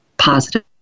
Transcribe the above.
positive